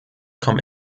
komme